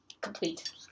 complete